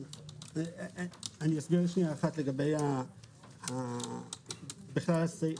אסביר לגבי בכלל הסעיף